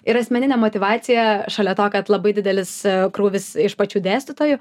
ir asmeninė motyvacija šalia to kad labai didelis krūvis iš pačių dėstytojų